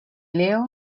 leo